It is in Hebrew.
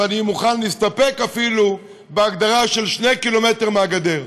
ואני מוכן אפילו להסתפק בהגדרה של 2 קילומטר מהגדר,